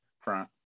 front